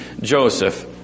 Joseph